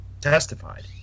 testified